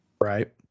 Right